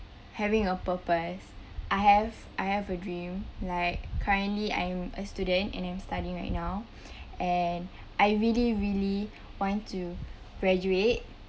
having a purpose I have I have a dream like currently I'm a student and I'm studying right now and I really really want to graduate